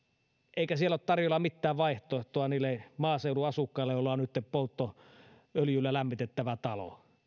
eikä siellä ole tarjolla mitään vaihtoehtoa niille maaseudun asukkaille joilla on nytten polttoöljyllä lämmitettävä talo